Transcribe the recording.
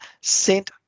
sent